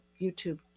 youtube